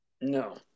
No